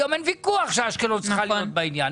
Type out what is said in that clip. היום אין ויכוח שאשקלון צריכה להיות בעניין.